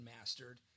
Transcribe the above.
mastered